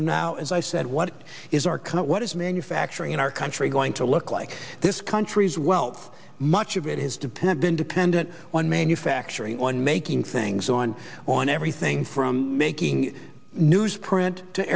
from now as i said what is our kind of what is manufacturing in our country going to look like this country's wealth much of it is dependent dependent on manufacturing on making things on on everything from making newsprint to